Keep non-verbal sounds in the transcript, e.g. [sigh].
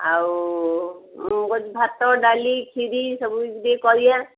ଆଉ ମୁଁ କହୁଛି ଭାତ ଡାଲି କ୍ଷିରି ସବୁ [unintelligible] କରିବା